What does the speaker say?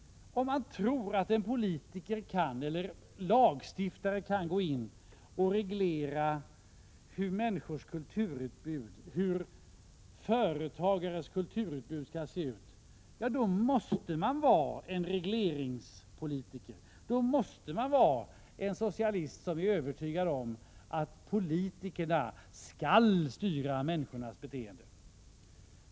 Om man tror att en lagstiftare kan gå in och reglera hur företagens kulturutbud skall se ut, måste man vara en regleringspolitiker, då måste man vara en socialist som är övertygad om att politikerna skall styra människors beteende.